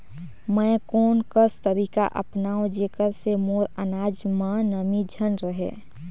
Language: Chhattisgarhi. मैं कोन कस तरीका अपनाओं जेकर से मोर अनाज म नमी झन रहे?